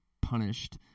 punished